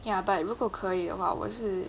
ya but 如果可以的话我是